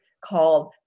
called